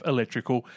Electrical